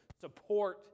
support